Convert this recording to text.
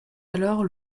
alors